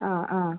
അ